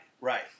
Right